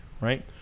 right